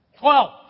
Twelve